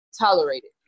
tolerated